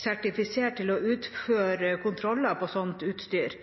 sertifisert til å utføre kontroller på sånt utstyr.